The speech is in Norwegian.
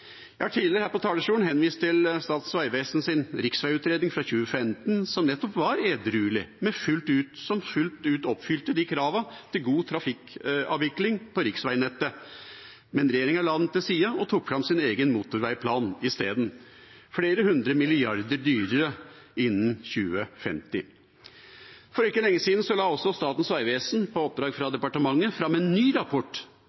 Jeg har tidligere her fra talerstolen henvist til Statens vegvesens riksveiutredning fra 2015, som nettopp var edruelig, og som fullt ut oppfylte kravene til god trafikkavvikling på riksveinettet. Men regjeringa la den til side og tok fram sin egen motorveiplan i stedet – flere milliarder kroner dyrere innen 2050. For ikke lenge siden la også Statens vegvesen, på oppdrag fra